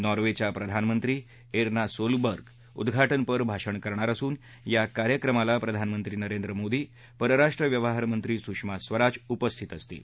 नार्वेच्या प्रधानमंत्री Erna Solberg उद्घाटनपर भाषण करणार असून या कार्यक्रमाला प्रधानमंत्री नरेंद्र मोदी परराष्ट्रव्यवहार मंत्री सुषमा स्वराज उपस्थित असतील